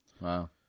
Wow